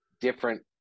different